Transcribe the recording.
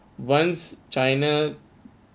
once china